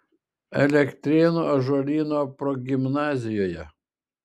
elektrėnų ąžuolyno progimnazijoje